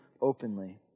openly